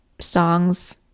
songs